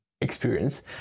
experience